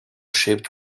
shaped